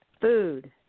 food